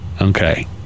Okay